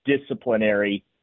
disciplinary